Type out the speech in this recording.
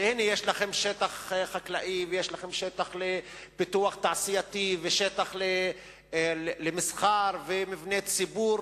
שיש שטח חקלאי ויש שטח לפיתוח תעשייתי ושטח למסחר ומבני ציבור.